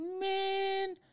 man